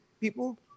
people